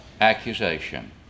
accusation